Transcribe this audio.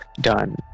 done